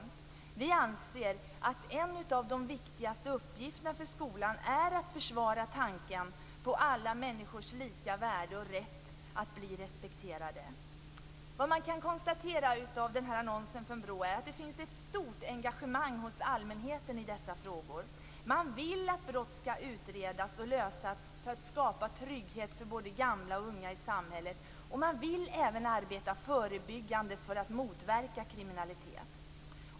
Vi kristdemokrater anser att en av de viktigaste uppgifterna för skolan är att försvara tanken på alla människors lika värde och rätt att bli respekterade. Vad man kan konstatera av annonsen från BRÅ är att det finns ett stort engagemang hos allmänheten i dessa frågor. Man vill att brott skall utredas och lösas för att skapa trygghet för både gamla och unga i samhället, och man vill även arbeta förebyggande för att motverka kriminalitet.